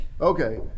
Okay